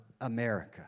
America